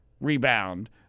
rebound